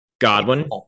Godwin